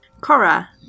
Cora